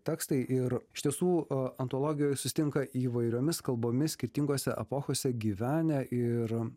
tekstai ir iš tiesų antologijoj susitinka įvairiomis kalbomis skirtingose epochose gyvenę ir